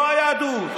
לא היהדות.